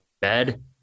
bed